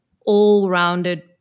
all-rounded